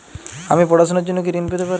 আমি পড়াশুনার জন্য কি ঋন পেতে পারি?